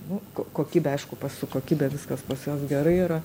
nu ko kokybė aišku pas su kokybe viskas pas juos gerai yra